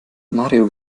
mario